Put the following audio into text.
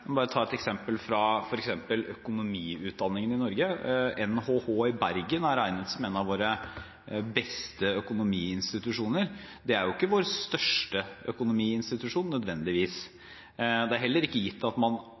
bare ta et eksempel fra økonomiutdanningen i Norge. NHH i Bergen er regnet som en av våre beste økonomiinstitusjoner. Det er jo ikke nødvendigvis vår største økonomiinstitusjon. Det er heller ikke gitt at man